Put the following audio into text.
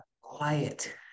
quiet